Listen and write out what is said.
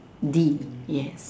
D yes